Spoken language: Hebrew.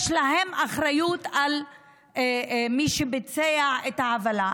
יש בהן אחריות על מי שביצע את העוולה.